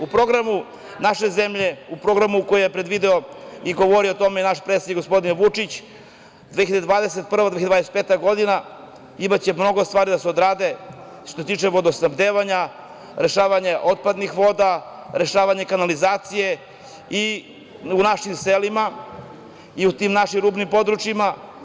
U programu naše zemlje, u programu koji je predvideo i govorio o tome, naš predsednik gospodin Vučić, 2021–2025. godina, imaće mnogo stvari da se odradi što se tiče vodosnabdevanja, rešavanje otpadnih voda, rešavanje kanalizacije u našim selima i u tim našim rubnim područjima.